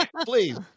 Please